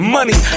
Money